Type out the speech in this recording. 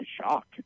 shock